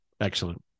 Excellent